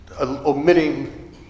omitting